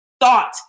thought